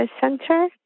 Center